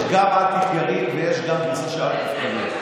יש גם "אל תתייראי" ויש גם גרסה של "אל